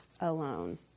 alone